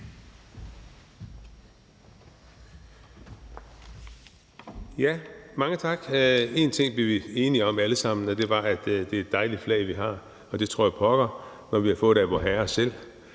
Mange tak. En ting blev vi alle sammen enige om, og det var, at det er et dejligt flag, vi har. Og det tror da pokker, når vi har fået det af Vorherre selv